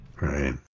Right